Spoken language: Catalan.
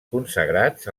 consagrats